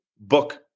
book